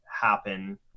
happen